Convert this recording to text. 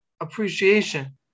appreciation